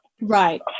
Right